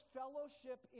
fellowship